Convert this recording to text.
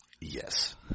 Yes